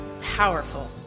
powerful